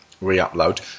re-upload